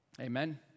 Amen